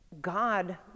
god